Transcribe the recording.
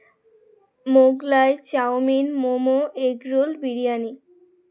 Mughlai chowmein momo egg roll biryani